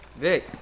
Vic